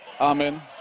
Amen